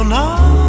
now